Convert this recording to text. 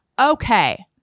okay